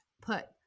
put